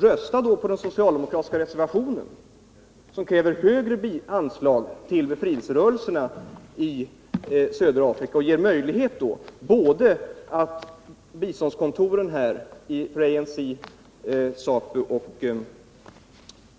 Rösta därför på den socialdemokratiska reservationen, som kräver ökade anslag till befrielserörelserna i södra Afrika, och ge därmed möjlighet också för resp. informationskontor här, så att ANC, ZAPU